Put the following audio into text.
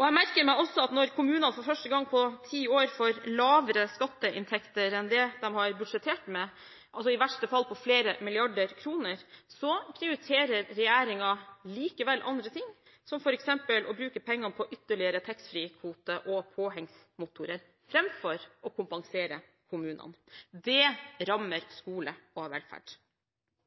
Jeg merker meg også at når kommunene for første gang på ti år får lavere skatteinntekter enn det de har budsjettert med, i verste fall på flere milliarder kroner, prioriterer regjeringen likevel andre ting, som f.eks. å bruke pengene på ytterligere taxfree-kvote og lavere avgift på påhengsmotorer framfor å kompensere kommunene. Det rammer skole og velferd.